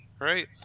Right